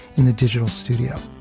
in the digital studio